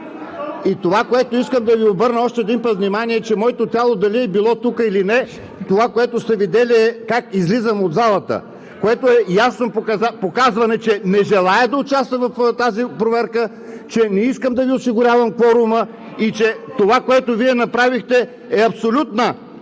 И това, на което искам да Ви обърна още един път внимание – моето тяло дали е било тук или не, онова, което сте видели, е как излизам от залата, което е ясно показване, че не желая да участвам в тази проверка, че не искам да Ви осигурявам кворума и че това, което Вие направихте, е абсолютна